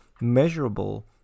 measurable